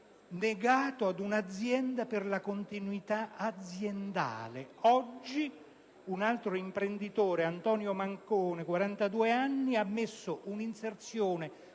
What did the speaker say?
Como 150.000 euro per la continuità aziendale. Oggi un altro imprenditore, Antonio Mangone, di 42 anni, ha messo un'inserzione